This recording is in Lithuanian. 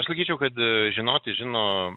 aš sakyčiau kad žinoti žino